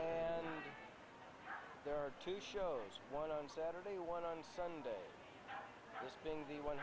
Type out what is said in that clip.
yeah there are two shows one on saturday one on sunday being the one